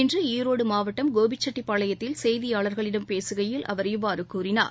இன்றுஈரோடுமாவட்டம் கோபிச்செட்டிப் பாளையத்தில் செய்தியாளர்களிடம் பேசுகையில் இவர் இவ்வாறுகூறினார்